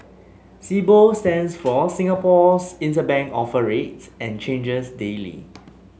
Sibor stands for Singapore Interbank Offer Rate and changes daily